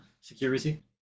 security